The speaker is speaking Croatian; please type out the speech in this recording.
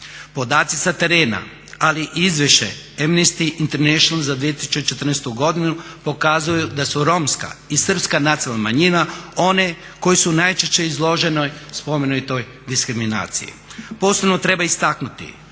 Podaci sa terena ali i izvješće Amnesty International za 2014. godinu pokazuju da su Romska i Srpska nacionalna manjina one koje su najčešće izložene spomenutoj diskriminaciji. Posebno treba istaknuti